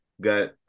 got